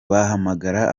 bahamagara